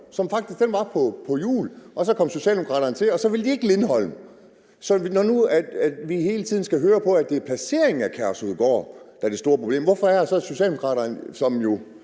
var faktisk også sat på hjul, og så kom Socialdemokraterne til, og så ville man ikke have Lindholm. Så i forhold til at vi nu hele tiden skal høre på, at det er placeringen af Kærshovedgård, der er det store problem, hvorfor går Socialdemokratiet så